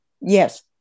Yes